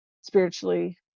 spiritually